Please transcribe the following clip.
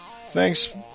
thanks